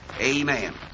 Amen